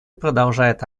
продолжает